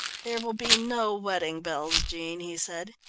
there will be no wedding bells, jean, he said.